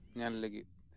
ᱧᱮᱞ ᱞᱟᱜᱤᱫ